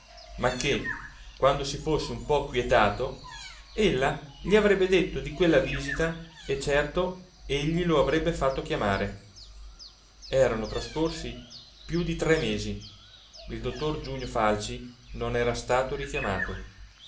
ma che quando si fosse un po quietato ella gli avrebbe detto di quella visita e certo egli lo avrebbe fatto chiamare erano trascorsi più di tre mesi il dottor giunio falci non era stato richiamato